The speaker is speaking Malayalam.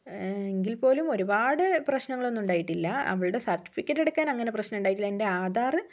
ഏഹ് എങ്കിൽപ്പോലും ഒരുപാട് പ്രശ്നങ്ങളൊന്നും ഉണ്ടായിട്ടില്ല അവളുടെ സർട്ടിഫിക്കറ്റ് എടുക്കാൻ അങ്ങനെ പ്രശ്നം ഉണ്ടായിട്ടില്ല എൻ്റെ ആധാർ